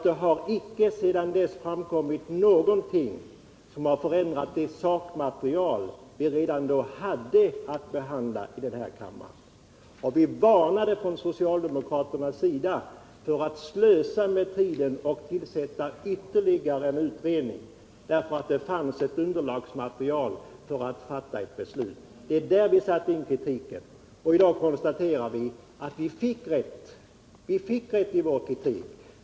Det har nämligen sedan dess inte framkommit någonting som förändrar det sakmaterial som vi hade när vi behandlade denna fråga för ett år sedan. Från socialdemokraternas sida varnade vi för att slösa med tiden genom att tillsätta ytterligare en utredning. Det fanns nämligen redan då ett underlag som vi kunde fatta beslut på. Det är där vi satt in kritiken. I dag kan vi konstatera att vi fick rätt.